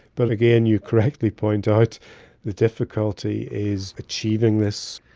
but again, you correctly point out the difficulty is achieving this.